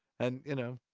and, you know.